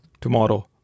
tomorrow